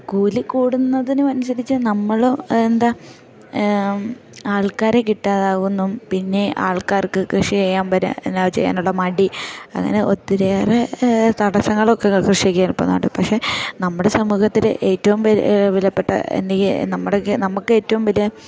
കൂലി കൂടുന്നതിന് അനുസരിച്ച് നമ്മൾ എന്താ ആൾക്കാരെ കിട്ടാതാകുന്നു പിന്നെ ആൾക്കാർക്ക് കൃഷി ചെയ്യാൻ പ എന്താ ചെയ്യാനുള്ള മടി അങ്ങനെ ഒത്തിരിയേറെ തടസ്സങ്ങളൊക്കെ കൃഷി ചെയ്യാൻ ഇപ്പം ഉണ്ട് പക്ഷേ നമ്മുടെ സമൂഹത്തിൽ ഏറ്റവും വിലപ്പെട്ട എന്തെങ്കിലും നമ്മുടെ നമുക്ക് ഏറ്റവും വലിയ